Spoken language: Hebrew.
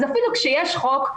אז אפילו כשיש חוק,